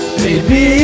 baby